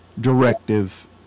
directive